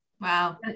Wow